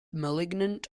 malignant